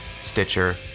stitcher